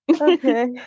Okay